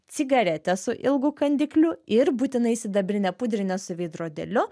cigaretė su ilgu kandikliu ir būtinai sidabrinė pudrinė su veidrodėliu